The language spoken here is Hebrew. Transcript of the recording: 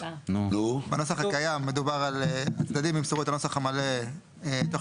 בנוסח הקיים מדובר על הצדדים ימסרו את הנוסח המלא תוך